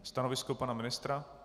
Stanovisko pana ministra?